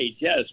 yes